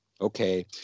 Okay